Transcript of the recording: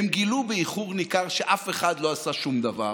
הם גילו באיחור ניכר שאף אחד לא עשה שום דבר,